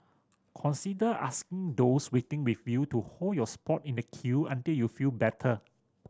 consider asking those waiting with you to hold your spot in the queue until you feel better